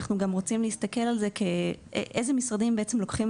אנחנו גם רוצים להסתכל על זה כאיזה משרדים בעצם לוקחים